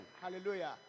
Hallelujah